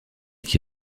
qui